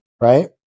right